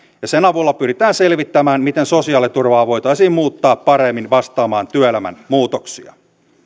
ja sen avulla pyritään selvittämään miten sosiaaliturvaa voitaisiin muuttaa paremmin vastaamaan työelämän muutoksia